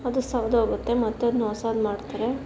ಅದು ಸವ್ದು ಹೋಗುತ್ತೆ ಮತ್ತೆ ಅದ್ನ ಹೊಸಾದ್ ಮಾಡ್ತಾರೆ